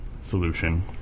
solution